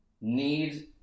need